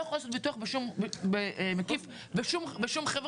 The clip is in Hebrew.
לא יכול לעשות ביטוח מקיף בשום חברה.